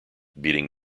beating